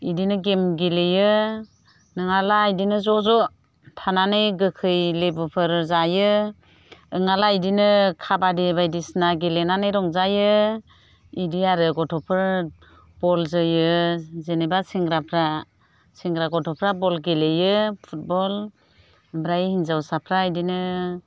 बेदिनो गेम गेलेयो नङाब्ला बेदिनो ज'ज' थानानै गोखै लेबुफोर जायो नङाब्ला बेदिनो खाबादि बायदिसिना गेलेनानै रंजायो बेदि आरो गथ'फोर बल जोयो जेनेबा सेंग्राफ्रा सेंग्रा गथ'फ्रा बल गेलेयो फुटबल ओमफ्राय हिनजावसाफ्रा बेदिनो